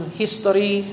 history